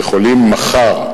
יכולים מחר,